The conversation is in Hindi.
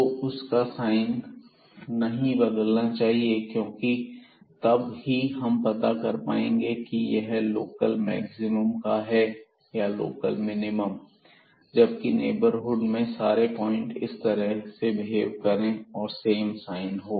तो उसका साइन नहीं बदलना चाहिए क्योंकि तब ही हम पता कर पाएंगे कि यह लोकल मैक्सिमम है या लोकल मिनिमम जबकि नेबरहुड में सारे पॉइंट इस तरह बिहेव करें और सेम साइन हो